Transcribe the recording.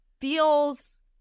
feels